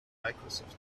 microsoft